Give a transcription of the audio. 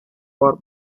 war